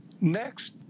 next